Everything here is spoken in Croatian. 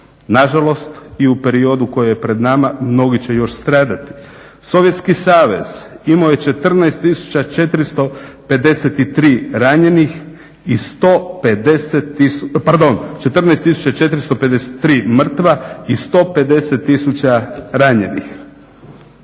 Nažalost, i u periodu koji je pred nama mnogi će još stradati. Sovjetski Savez imao je 14453 mrtva i 150 tisuća ranjenih.